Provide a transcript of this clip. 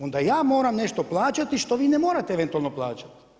Onda ja moram nešto plaćati što vi ne morate eventualno plaćati.